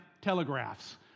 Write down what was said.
telegraphs